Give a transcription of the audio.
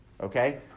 okay